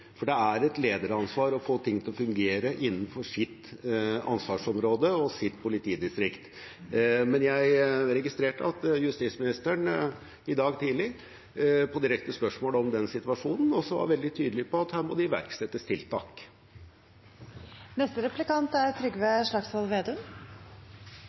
for det er et lederansvar å få ting til å fungere innenfor sitt ansvarsområde og sitt politidistrikt. Men jeg registrerte at justisministeren i dag tidlig på direkte spørsmål om den situasjonen også var veldig tydelig på at her må det iverksettes tiltak.